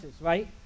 right